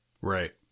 Right